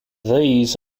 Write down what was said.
these